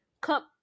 cup